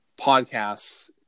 podcasts